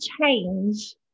change